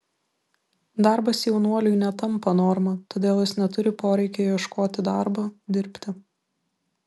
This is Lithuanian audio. darbas jaunuoliui netampa norma todėl jis neturi poreikio ieškoti darbo dirbti